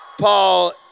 Paul